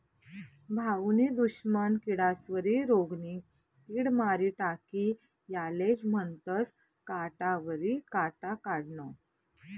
भाऊनी दुश्मन किडास्वरी रोगनी किड मारी टाकी यालेज म्हनतंस काटावरी काटा काढनं